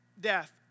death